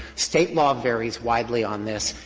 state law varies widely on this.